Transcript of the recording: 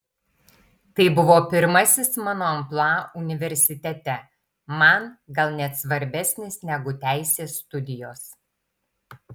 tai buvo pirmasis mano amplua universitete man gal net svarbesnis negu teisės studijos